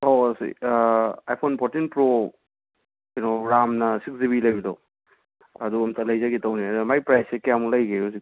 ꯑꯧ ꯑꯁꯤ iPhone fourteen pro ꯀꯩꯅꯣ ꯔꯥꯝꯅ ꯁꯤꯛꯁ ꯖꯤꯕꯤ ꯂꯩꯕꯗꯣ ꯑꯗꯨ ꯑꯝꯇ ꯂꯩꯖꯒꯦ ꯇꯧꯕꯅꯦ ꯃꯥꯏ ꯄ꯭ꯔꯥꯏꯁꯁꯦ ꯀꯌꯥꯃꯨꯛ ꯂꯩꯒꯦ ꯍꯧꯖꯤꯛ